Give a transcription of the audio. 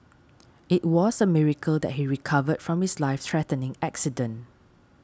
it was a miracle that he recovered from his life threatening accident